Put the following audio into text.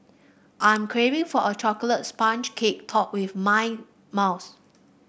I am craving for a chocolate sponge cake topped with mint mousse